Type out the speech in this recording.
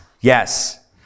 Yes